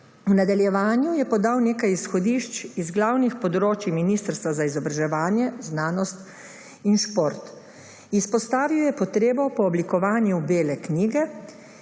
V nadaljevanju je podal nekaj izhodišč iz glavnih področjih Ministrstva za izobraževanje, znanost in šport. Izpostavil je potrebo po oblikovanju bele knjige,